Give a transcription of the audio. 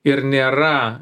ir nėra